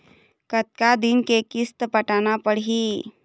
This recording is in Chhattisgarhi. कतका दिन के किस्त पटाना पड़ही?